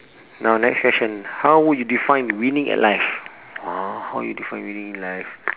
now next question how would you define winning at life orh how you define winning in life